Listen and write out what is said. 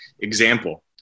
example